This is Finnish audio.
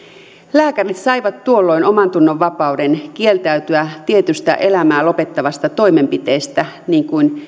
lääkärit saivat tuolloin omantunnonvapauden kieltäytyä tietystä elämää lopettavasta toimenpiteestä niin kuin